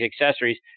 accessories